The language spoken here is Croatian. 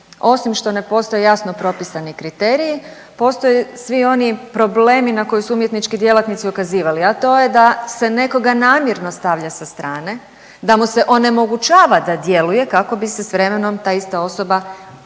osim što ne postoje jasno propisani kriterij, postoje svi oni problemi na koje su umjetnički djelatnici ukazivali, a to je da se nekoga namjerno stavlja sa strane, da mu se onemogućava da djeluje kako bi se s vremenom ta ista osoba